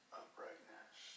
uprightness